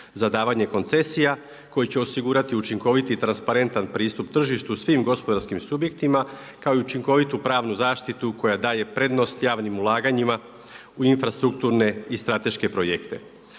za davanje koncesija, koji će osigurati učinkoviti i transparentan pristup tržištu svim gospodarskim subjektima, kako i učinkovitu pravnu zaštitu koja daje prednost javnim ulaganjima u infrastrukture i strateške projekte.